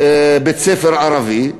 בית-ספר ערבי,